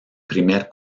primer